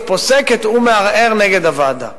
פוסקת הביטוח הלאומי מערער נגד הוועדה,